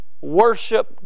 worship